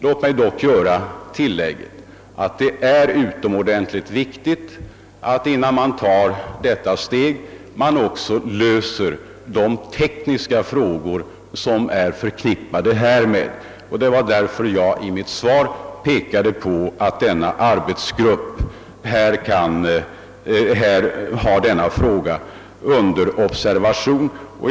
Låt mig dock göra det tillägget, att det är viktigt att man, innan man tar det steget, löser de tekniska problem som är förknippade härmed. Det var därför jag i mitt svar påpekade att en arbetsgrupp arbetar med denna fråga.